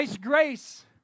grace